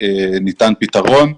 ניתן פתרון.